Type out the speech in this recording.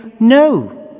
no